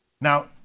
Now